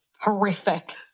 horrific